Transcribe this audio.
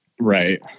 Right